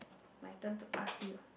my turn to ask you